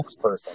spokesperson